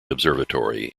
observatory